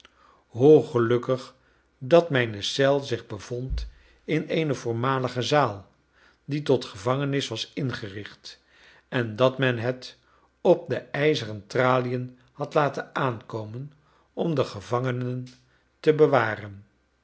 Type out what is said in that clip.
hoe gelukkig dat mijne cel zich bevond in eene voormalige zaal die tot gevangenis was ingericht en dat men het op de ijzeren traliën had laten aankomen om de gevangenen te bewaren